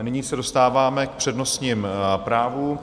Nyní se dostáváme k přednostním právům.